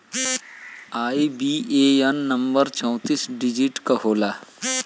IBAN number चौतीस digit क होला